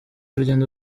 urugendo